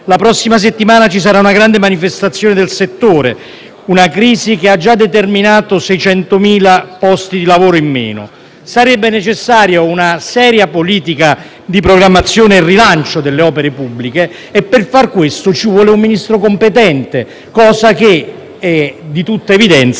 La prossima settimana ci sarà una grande manifestazione del settore, colpito da una crisi che ha già determinato la riduzione di 600.000 posti di lavoro. Sarebbe necessaria una seria politica di programmazione e rilancio delle opere pubbliche e, per fare questo, occorre un Ministro competente, cosa che - di tutta evidenza